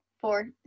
four